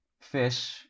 fish